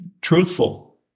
truthful